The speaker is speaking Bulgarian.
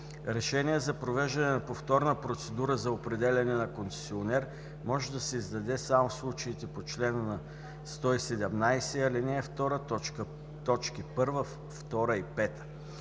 Решение за провеждане на повторна процедура за определяне на концесионер може да се издаде само в случаите по чл. 117, ал. 2, т. 1, 2 и 5.